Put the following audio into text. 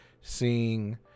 seeing